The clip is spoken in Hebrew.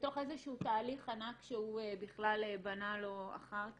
בתוך איזשהו תהליך ענק שהוא בכלל בנה לו אחר כך.